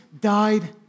died